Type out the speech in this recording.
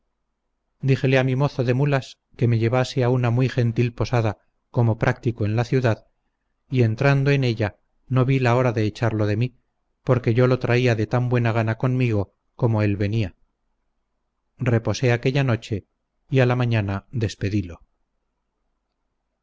mi mozo de mulas que me llevase a una muy gentil posada como práctico en la ciudad y entrando en ella no vi la hora de echarlo de mí porque yo lo traía de tan buena gana conmigo como él venía reposé aquella noche y a la mañana despedilo